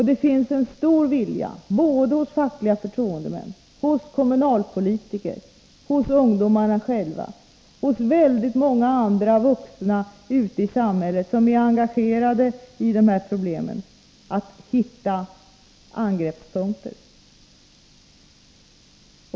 Det finns en stark vilja, både hos fackliga förtroendemän och hos kommunalpolitiker, hos ungdomarna själva och hos väldigt många andra vuxna ute i samhället som är engagerade i de här problemen att hitta angreppspunkter.